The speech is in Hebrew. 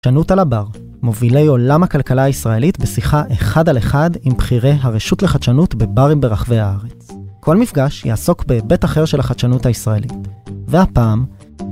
חדשנות על הבר. מובילי עולם הכלכלה הישראלית בשיחה אחד על אחד עם בחירי הרשות לחדשנות בברים ברחבי הארץ. כל מפגש יעסוק בהיבט אחר של החדשנות הישראלית. והפעם...